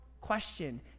question